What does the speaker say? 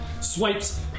swipes